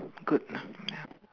good ya